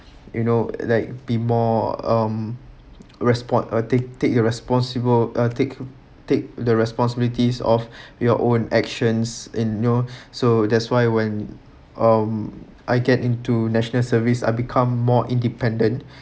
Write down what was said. you know like be more um respon~ uh take take your responsible uh take take the responsibilities of your own actions in you know so that's why when um I get into national service I become more independent